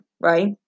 right